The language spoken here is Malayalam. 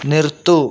നിർത്തൂ